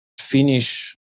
finish